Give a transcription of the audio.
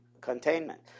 containment